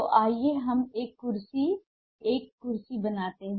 तो आइए हम एक कुर्सी एक कुर्सी बनाते हैं